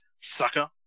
sucker